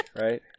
right